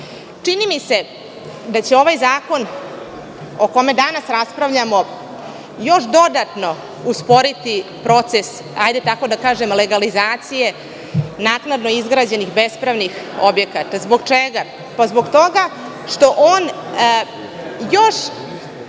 mi se da će ovaj zakon, o kome danas raspravljamo, još dodatno usporiti proces, hajde tako da kažem, legalizacije naknadno izgrađenih bespravnih objekata. Zbog čega? Zbog toga što on još